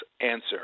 answer